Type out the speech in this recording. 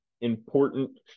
important